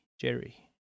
Jerry